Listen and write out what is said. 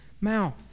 mouth